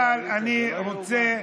אבל אני רוצה